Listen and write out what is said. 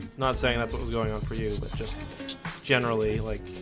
not saying that what was going on for you, but just generally like